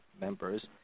members